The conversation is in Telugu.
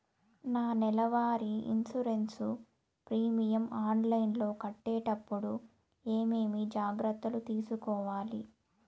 నా నెల వారి ఇన్సూరెన్సు ప్రీమియం ఆన్లైన్లో కట్టేటప్పుడు ఏమేమి జాగ్రత్త లు తీసుకోవాలి?